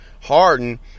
Harden